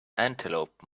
antelope